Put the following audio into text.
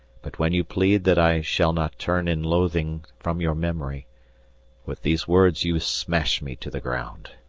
but when you plead that i shall not turn in loathing from your memory with these words you smash me to the ground.